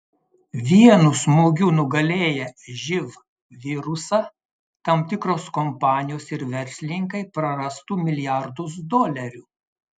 vienu smūgiu nugalėję živ virusą tam tikros kompanijos ir verslininkai prarastų milijardus dolerių